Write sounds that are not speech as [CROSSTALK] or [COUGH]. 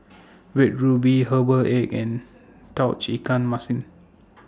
[NOISE] Red Ruby Herbal Egg and Tauge Ikan Masin [NOISE]